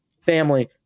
family